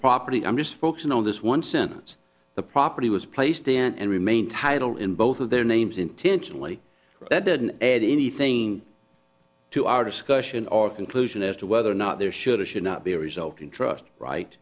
property i'm just focusing on this one sentence the property was placed in and remain title in both of their names intentionally that didn't add anything to our discussion or conclusion as to whether or not there should or should not be a resulting trust right